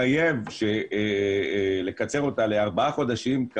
לחייב לקצר אותה לארבעה חודשים,